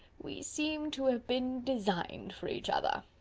we seem to have been designed for each other.